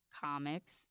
comics